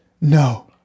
No